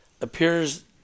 appears